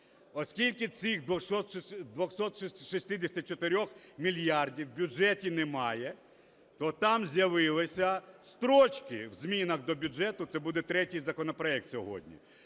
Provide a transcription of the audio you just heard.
оскільки цих 264 мільярдів в бюджеті немає, то там з'явилися строчки у змінах до бюджету, це буде третій законопроект сьогодні,